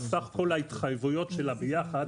לסך כל ההתחייבויות של ה-ביחד,